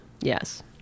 Yes